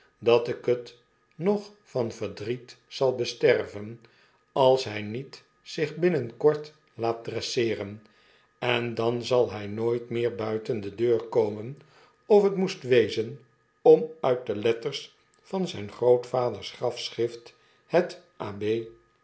dat lk het nog van verdriet zal besterven als hj niet zich binnen kort laat dresseeren en dan zal hy nooit meer buiten de deur komen of het moest wezen om uit de letters van zyn grootvaders grafschrift het